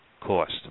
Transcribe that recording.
cost